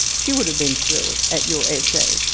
she would have been thrilled at your essay.